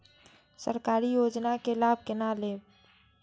सरकारी योजना के लाभ केना लेब?